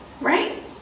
right